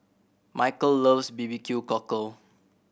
Michel loves B B Q Cockle